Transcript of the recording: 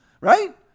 right